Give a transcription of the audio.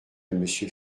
monsieur